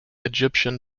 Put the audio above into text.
egyptian